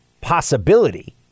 possibility